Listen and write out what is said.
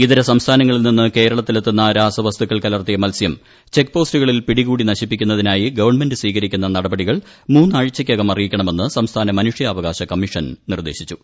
ഇതര സംസ്ഥാനങ്ങളിൽ നിന്ന് കേരളത്തിലെത്തുന്ന രാസവസ്തു ക്കൾ കലർത്തിയ മത്സ്യം ചെക്ക്പോസ്റ്റുകളിൽ പിടികൂടി നശിപ്പിക്കു ന്നതിനായി ഗവൺമെന്റ് സ്വീകരിക്കുന്ന നടപടികൾ മൂന്നാഴ്ചക്കകം അറിയിക്കണമെന്ന് സംസ്ഥാന മനുഷ്യാവകാശ കമ്മീഷൻ നിർദ്ദേശിച്ചു